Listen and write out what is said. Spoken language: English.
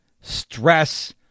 stress